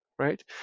right